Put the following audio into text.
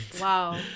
Wow